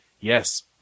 yes